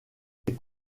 des